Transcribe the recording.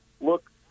look